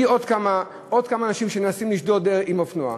יביא עוד כמה אנשים שמנסים לשדוד עם אופנוע.